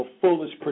fullest